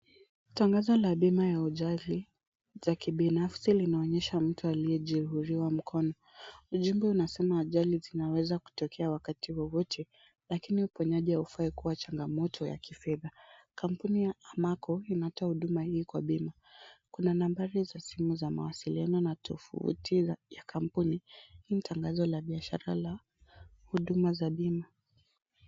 Tangazo la bima ya ajali za kibinafsi linaonyesha mtu aliye jeruhiwa mkono, ujumbe unasema ajali zinaweza kutokea wakati wowote, lakini uponyaji haufai kuwa changamoto ya kifedha. Kampuni ya Amako inatoa huduma hii kwa bima, kuna nambari za simu za mawasiliano na tovuti ya kampuni. Hii ni tangazo la biashara la huduma za bima.